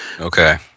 Okay